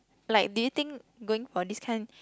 like do you think going for this kind